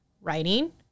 writing